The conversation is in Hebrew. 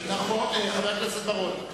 חבר הכנסת בר-און,